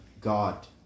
God